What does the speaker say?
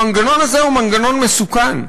המנגנון הזה הוא מנגנון מסוכן,